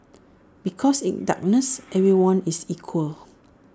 because in darkness everyone is equal